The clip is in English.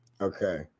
Okay